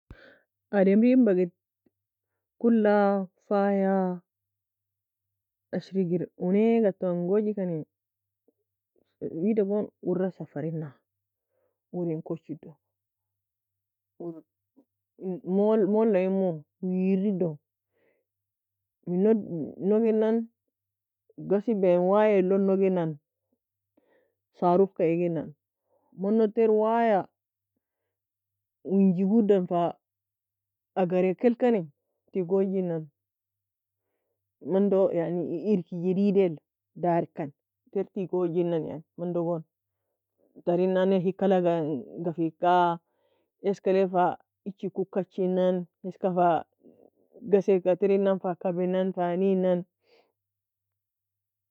Ademrin baged kulla, fayia, ashri kir unaegatt'angojikani, wida gon urra safarinna, urin kochido, urr moale moallaimu, wirido. Minog noginan, ghasibe waie log noginan, sarukhka iginan, manog ter waiya, winji go dan fa agareka elkani, tigojinan mando yani i- iriki jedidel, darkan ter tigojinan yan, mando gon, tarinane hik'alg'angafika, eskalea fa ichikuo kachinan? Eska fa ghasieka terinan fa kabininan fa nienan.